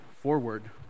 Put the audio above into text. forward